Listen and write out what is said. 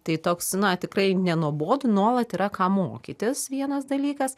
tai toks na tikrai nenuobodu nuolat yra ką mokytis vienas dalykas